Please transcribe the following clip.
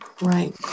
Right